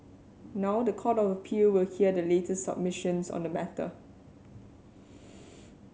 now the Court of Appeal will hear the latest submissions on the matter